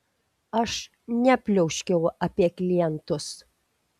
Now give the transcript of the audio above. aš nepliauškiau apie klientus